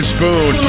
Spoon